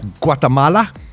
Guatemala